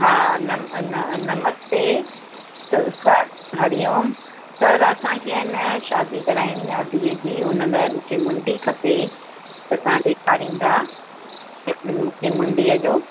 हा नम न नमस्ते त सर हरि ओम सर असांखे हे न शादी कराइणी आहे धीअ जी उन लाइ मूंखे मुंडी खपे त तव्हां ॾेखारींदा मुंडीअ जो